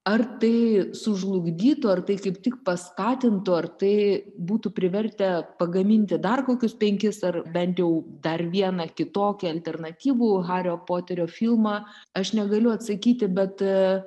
ar tai sužlugdytų ar tai kaip tik paskatintų ar tai būtų privertę pagaminti dar kokius penkis ar bent jau dar vieną kitokį alternatyvų hario poterio filmą aš negaliu atsakyti bet